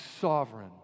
sovereign